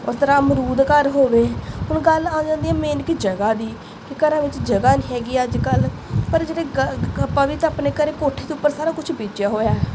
ਉਸ ਤਰ੍ਹਾਂ ਅਮਰੂਦ ਘਰ ਹੋਵੇ ਹੁਣ ਗੱਲ ਆ ਜਾਂਦੀ ਹੈ ਮੇਨ ਕਿ ਜਗ੍ਹਾ ਦੀ ਕਿ ਘਰਾਂ ਵਿੱਚ ਜਗ੍ਹਾ ਨਹੀਂ ਹੈਗੀ ਅੱਜ ਕੱਲ੍ਹ ਪਰ ਜਿਹੜੇ ਆਪਾਂ ਵੀ ਤਾਂ ਆਪਣੇ ਘਰੇ ਕੋਠੇ ਤੋਂ ਉੱਪਰ ਸਾਰਾ ਕੁਛ ਬੀਜਿਆ ਹੋਇਆ